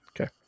Okay